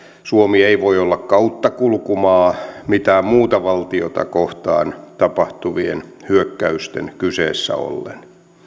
suomi ei voi olla kauttakulkumaa mitään muuta valtiota kohtaan tapahtuvien hyökkäysten kyseessä ollen